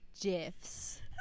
gifs